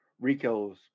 Rico's